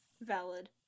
Valid